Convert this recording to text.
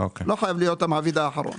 לא חייב להיות המעביד האחרון.